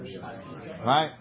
right